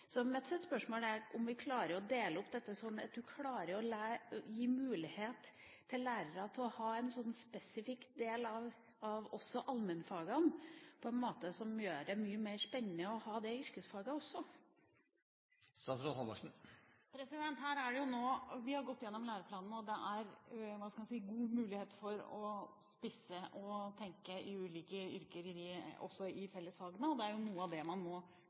Mitt spørsmål er: Klarer vi å dele opp dette slik at man kan gi lærere mulighet til å ha en slik spesifikk del også av allmennfagene på en måte som gjør det mye mer spennende for yrkesfaget også? Vi har gått gjennom læreplanene og det er – hva skal man si – god mulighet for å spisse og tenke i ulike yrker, også i fellesfagene. Det er noe av det man